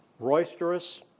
roisterous